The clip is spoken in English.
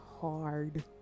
hard